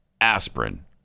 aspirin